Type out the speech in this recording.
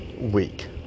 week